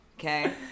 Okay